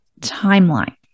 timeline